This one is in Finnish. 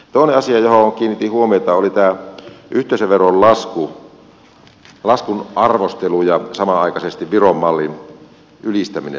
toinen asia johon kiinnitin huomiota oli tämä yhteisöveron lasku laskun arvostelu ja samanaikaisesti viron mallin ylistäminen